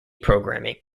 programming